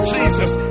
Jesus